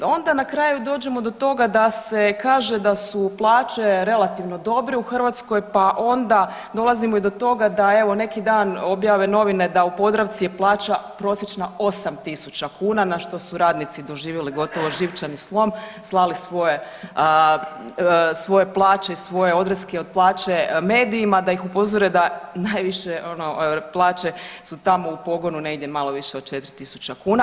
Onda na kraju dođemo do toga da se kaže da su plaće relativno dobre u Hrvatskoj, pa dolazimo i do toga da evo neki dan objave novine da u Podravci je plaća prosječna 8000 kuna na što su radnici doživjeli gotovo živčani slom, slali svoje plaće i svoje odreske od plaće medijima da ih upozore da najviše ono plaće su tamo u pogonu negdje malo više od 4000 kuna.